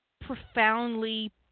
profoundly